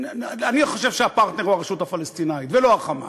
אני חושב שהפרטנר הוא הרשות הפלסטינית ולא ה"חמאס".